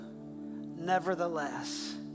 Nevertheless